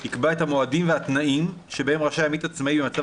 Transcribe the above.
יקבע את המועדים והתנאים שבהם רשאי עמית עצמאי במצב